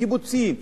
קיבוצים,